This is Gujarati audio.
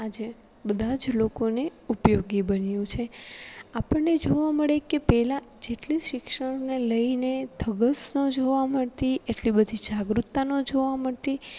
તે આજે બધાં જ લોકોને ઉપયોગી બન્યું છે આપણને જોવા મળે કે પહેલાં જેટલી શિક્ષણને લઈને ધગસ જોવા મળતી એટલી બધી જાગૃતતા ન જોવા મળતી